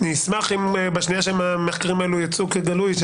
אני אשמח אם בשנייה שהמחקרים האלו יצאו בגלוי,